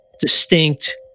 distinct